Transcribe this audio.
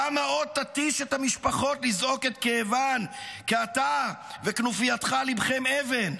כמה עוד תתיש את המשפחות לזעוק את כאבן כי אתה וכנופייתך ליבכם אבן?